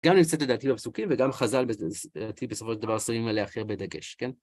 גם נמצאת לדעתי בפסוקים, וגם חז"ל לדעתי בסופו של דבר שמים עליה הכי הרבה דגש, כן?